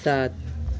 सात